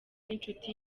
ninshuti